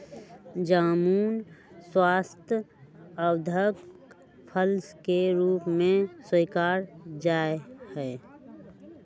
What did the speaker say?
जामुन स्वास्थ्यवर्धक फल के रूप में स्वीकारा जाहई